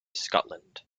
scotland